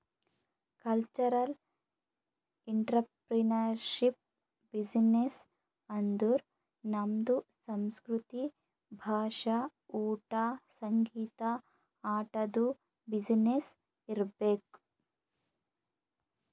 cultural entrepreneurship business ಅಂದುರ್ ನಮ್ದು ಸಂಸ್ಕೃತಿ, ಭಾಷಾ, ಊಟಾ, ಸಂಗೀತ, ಆಟದು ಬಿಸಿನ್ನೆಸ್ ಇರ್ಬೇಕ್